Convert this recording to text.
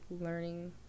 learning